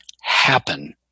happen